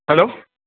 hello